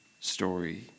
story